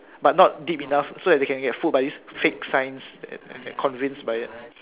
but not deep enough so that they can get fooled by this fake science and get convinced by it